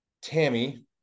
Tammy